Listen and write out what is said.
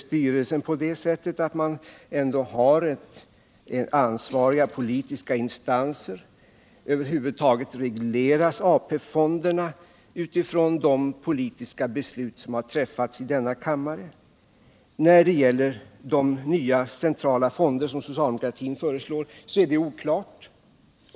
Styrelsen utses av ansvariga politiska instanser, och AP-fonderna regleras över huvud taget av de politiska beslut som har fattats av denna kammare. När det gäller de nya centrala fonder som socialdemokraterna föreslår är detta oklart.